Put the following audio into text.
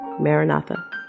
Maranatha